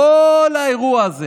כל האירוע הזה